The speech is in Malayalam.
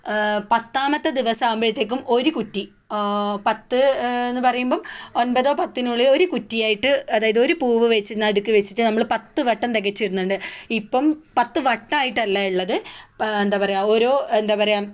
പത്താമത്തെ ദിവസം ആകുമ്പോഴത്തേക്കും ഒരു കുറ്റി പത്ത് എന്ന് പറയുമ്പോൾ ഒൻപത് പത്തിനുള്ളിൽ ഒരു കുറ്റിയായിട്ട് അതായത് ഒരു പൂവ് വെച്ച് നടുക്ക് വെച്ചിട്ട് നമ്മൾ പത്ത് വട്ടം തികച്ച് ഇടുന്നുണ്ട് ഇപ്പം പത്ത് വട്ടം ആയിട്ടല്ല ഉള്ളത് എന്താണ് പറയുക ഓരോ എന്താണ് പറയുക